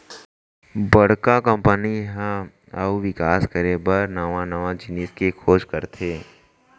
बड़का कंपनी ह अउ बिकास करे बर नवा नवा जिनिस के खोज करथे